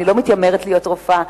אינני מתיימרת להיות רופאה,